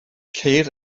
ceir